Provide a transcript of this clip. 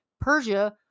Persia